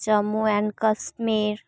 Jammu and Kashmir